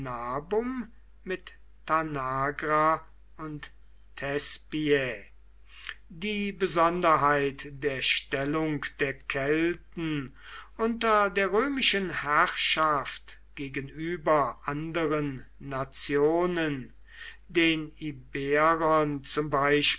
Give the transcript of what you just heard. mit tanagra und thespiae die besonderheit der stellung der kelten unter der römischen herrschaft gegenüber anderen nationen den iberern